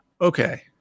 Okay